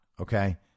Okay